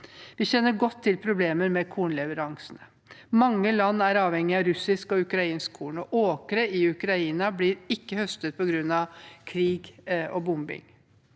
Vi kjenner godt til problemer med kornleveranser. Mange land er avhengige av russisk og ukrainsk korn. Åkre i Ukraina blir ikke høstet på grunn av krig og bombing.